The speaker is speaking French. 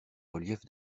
reliefs